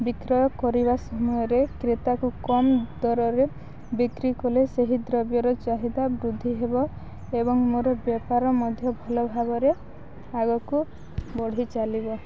ବିକ୍ରୟ କରିବା ସମୟରେ କ୍ରେତାକୁ କମ୍ ଦରରେ ବିକ୍ରି କଲେ ସେହି ଦ୍ରବ୍ୟର ଚାହିଦା ବୃଦ୍ଧି ହେବ ଏବଂ ମୋର ବେପାର ମଧ୍ୟ ଭଲ ଭାବରେ ଆଗକୁ ବଢ଼ି ଚାଲିବ